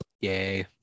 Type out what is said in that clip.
yay